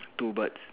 two birds